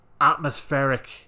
Atmospheric